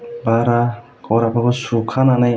बारा खराखौबो सुखानानै